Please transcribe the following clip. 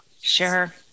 Sure